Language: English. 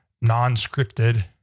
non-scripted